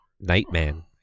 Nightman